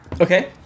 Okay